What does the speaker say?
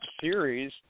Series